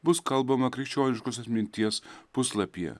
bus kalbama krikščioniškosios minties puslapyje